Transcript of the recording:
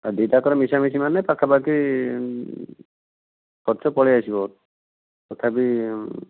ଦୁଇଟଯାକର ମିଶାମିଶି ମାନେ ପାଖାପାଖି ଖର୍ଚ୍ଚ ପଳାଇଆସିବ ତଥାପି